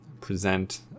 present